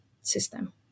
system